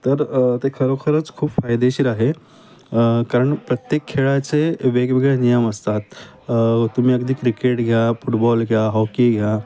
तर ते खरोखरच खूप फायदेशीर आहे कारण प्रत्येक खेळाचे वेगवेगळे नियम असतात तुम्ही अगदी क्रिकेट घ्या फुटबॉल घ्या हॉकी घ्या